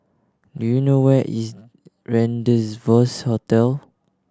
do you know where is Rendezvous Hotel